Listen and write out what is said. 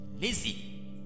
lazy